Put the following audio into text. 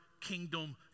kingdom